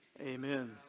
Amen